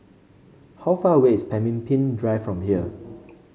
how far away is Pemimpin Drive from here